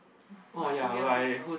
like two years ago